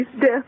death